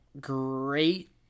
great